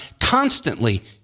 constantly